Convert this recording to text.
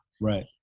Right